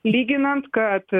lyginant kad